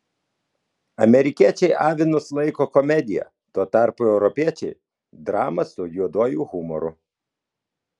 amerikiečiai avinus laiko komedija tuo tarpu europiečiai drama su juoduoju humoru